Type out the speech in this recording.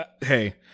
Hey